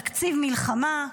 תקציב מלחמה.